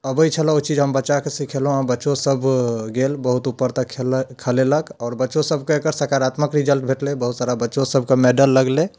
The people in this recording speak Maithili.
अबैत छलऽ ओ चीज हम बच्चा कऽ सिखेलहुँ आ बच्चो सभ गेल बहुत ऊपर तक खेल खेलेलक आओर बच्चो सभकऽ एकर सकारात्मक रिजल्ट भेटलै बहुत सारा बच्चो सभकऽ मैडल लगलै